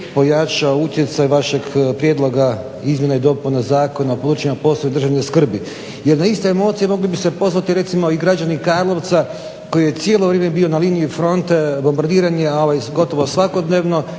pojačao utjecaj vašeg prijedloga izmjena i dopunama Zakona o područjima od posebne državne skrbi jer na iste emocije mogli bi se pozvati recimo i građani Karlovca koji je cijelo vrijeme bio na liniji fronte, bombardiran je gotovo svakodnevno